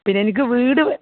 പിന്നെ എനിക്ക് വീട്